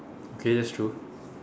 K that's true